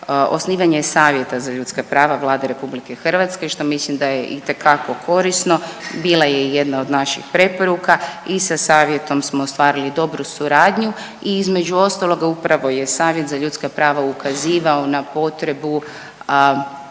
osnivanje Savjeta za ljudska prava Vlade RH, što mislim da je itekako korisno, bila je i jedna od naših preporuka i sa Savjetom smo ostvarili dobru suradnju i između ostaloga, upravo je Savjet za ljudska prava ukazivao na potrebu